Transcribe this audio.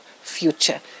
future